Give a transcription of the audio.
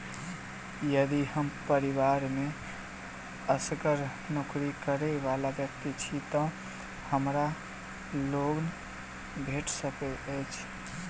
यदि हम परिवार मे असगर नौकरी करै वला व्यक्ति छी तऽ हमरा लोन भेट सकैत अछि?